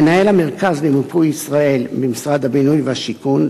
מנהל המרכז למיפוי ישראל במשרד הבינוי והשיכון,